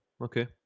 Okay